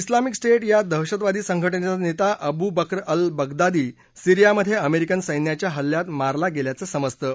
उलामिक state या दहशतवादी संघटनेचा नेता अबू बक्र अल् बगदादी सीरियामधे अमेरिकन सच्चिच्या हल्ल्यात मारला गेल्याचं समजतं